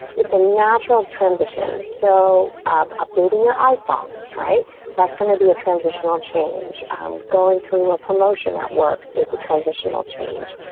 it's a natural transition so updating your iphone right going to be a transitional change going through a promotion at work is the transitional change.